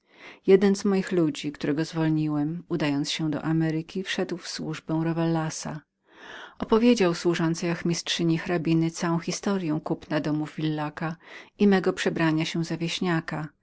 jeden z moich ludzi który niechciał udać się ze mną do ameryki wszedł w służbę rowellasa opowiedział służącej ochmistrzyni hrabiny całą historyę kupna domu w villaca i mego przebrania się za wieśniaka